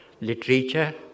Literature